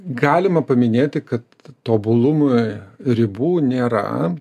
galima paminėti kad tobulumui ribų nėra